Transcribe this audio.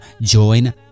join